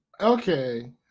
Okay